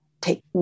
take